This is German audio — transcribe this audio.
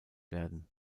werden